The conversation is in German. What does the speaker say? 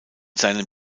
seinem